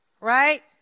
Right